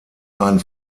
ein